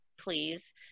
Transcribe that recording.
please